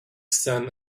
san